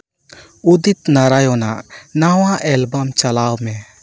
ᱩᱫᱤᱛ ᱱᱟᱨᱟᱭᱚᱱᱟᱜ ᱱᱟᱣᱟ ᱮᱞᱵᱟᱢ ᱪᱟᱞᱟᱣ ᱢᱮ